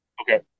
Okay